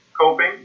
coping